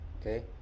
okay